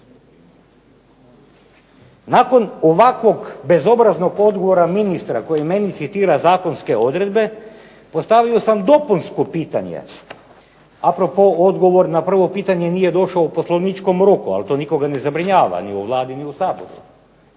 Nakon ovakvog bezobraznog odgovora ministra koji meni citira zakonske odredbe, postavio sam dopunsko pitanje. A propos odgovor na prvo pitanje nije došlo u poslovničkom roku ali to nikoga ne zabrinjava ni u Vladi i u Saboru.